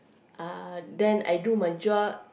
ah then I do my job